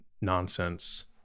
nonsense